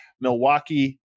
Milwaukee